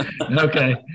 Okay